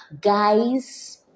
Guys